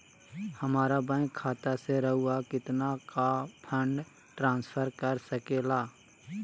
हमरा बैंक खाता से रहुआ कितना का फंड ट्रांसफर कर सके ला?